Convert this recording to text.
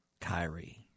Kyrie